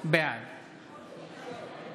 בעד